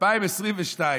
2022,